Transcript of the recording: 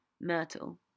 Myrtle